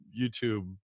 YouTube